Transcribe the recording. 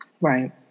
Right